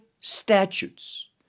statutes